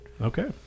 okay